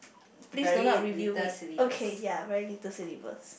please do not reveal it okay ya very little syllables